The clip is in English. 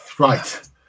right